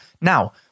Now